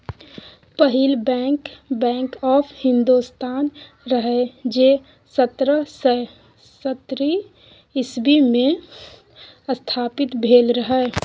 पहिल bank, bank of Hindostan रहय जे सतरह सय सत्तरि इस्बी मे स्थापित भेल रहय